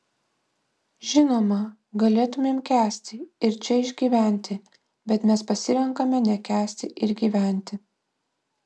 žinoma galėtumėm kęsti ir čia išgyventi bet mes pasirenkame nekęsti ir gyventi